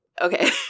Okay